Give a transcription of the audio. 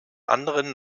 anderen